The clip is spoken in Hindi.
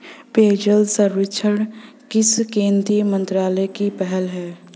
पेयजल सर्वेक्षण किस केंद्रीय मंत्रालय की पहल है?